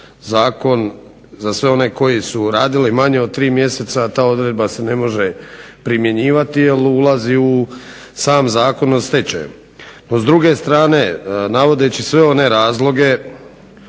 zakon za sve one koji su radili manje od tri mjeseca ta odredba se ne može primjenjivati jel ulazi u sam Zakon o stečaju. No s druge strane navodeći sve one razloge